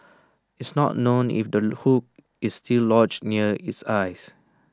it's not known if the hook is still lodged near its eyes